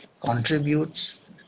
contributes